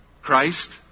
Christ